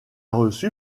reçu